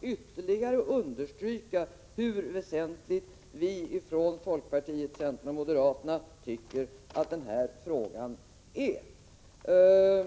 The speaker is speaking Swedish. ytterligare understryka hur väsentlig vi i folkpartiet, centerpartiet och moderata samlingspartiet tycker att denna fråga är.